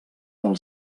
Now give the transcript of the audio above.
del